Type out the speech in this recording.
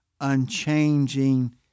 unchanging